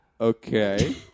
Okay